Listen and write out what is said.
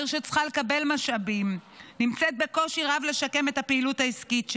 עיר שצריכה לקבל משאבים נמצאת בקושי רב לשקם את הפעילות העסקית שלה.